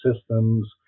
systems